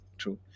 true